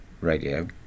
radio